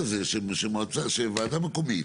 לכן ההצעה היא להעביר את זה לוועדה המקומית,